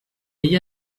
ella